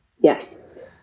Yes